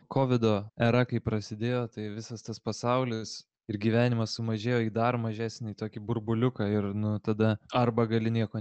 kovido era kai prasidėjo tai visas tas pasaulis ir gyvenimas sumažėjo į dar mažesnį tokį burbuliuką ir nu tada arba gali nieko